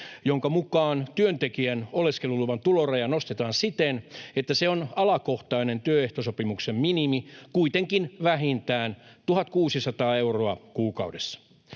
jonka mukaan työntekijän oleskeluluvan tuloraja nostetaan siten, että se on alakohtainen työehtosopimuksen minimi, kuitenkin vähintään 1 600 euroa kuukaudessa.